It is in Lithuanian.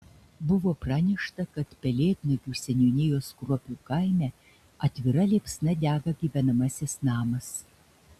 buvo pranešta kad pelėdnagių seniūnijos kruopių kaime atvira liepsna dega gyvenamasis namas